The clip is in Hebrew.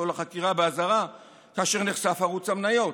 לחקירה באזהרה כאשר נחשף ערוץ המניות?